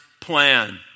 plan